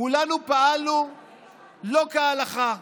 כולנו פעלנו לא כהלכה,